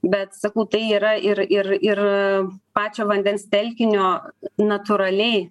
bet sakau tai yra ir ir ir pačio vandens telkinio natūraliai